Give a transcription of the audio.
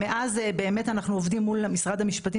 מאז באמת אנחנו עובדים מול משרד המשפטים